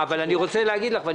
והנושא של יוקר תשלומי הדיור לא